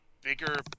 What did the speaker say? bigger